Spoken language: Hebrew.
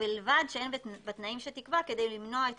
ובלבד שאין בתנאים שתקבע כדי למנוע את